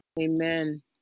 Amen